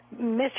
Mr